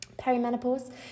Perimenopause